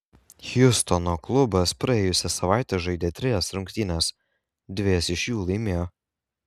hjustono klubas praėjusią savaitę žaidė trejas rungtynes dvejas iš jų laimėjo